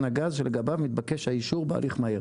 הגז שלגביו מתבקש האישור בהליך מהיר,